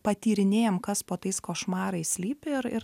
patyrinėjam kas po tais košmarais slypi ir ir